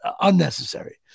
unnecessary